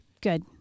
Good